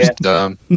dumb